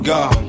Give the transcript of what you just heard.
God